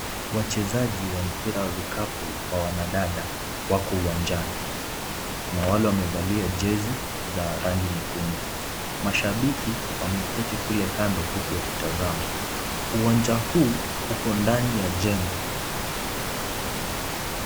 Wachezaji wa mpira wa vikapu wa wanadada wako uwanjani. Kuna wale wamevalia jezi za rangi nyekundu. Mashabiki wameketi kule kando huku wakitazama. Uwanja huu uko ndani ya jengo.